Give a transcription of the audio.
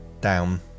down